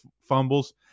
fumbles